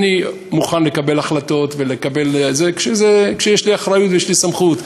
אני מוכן לקבל החלטות כשיש לי אחריות ויש לי סמכות.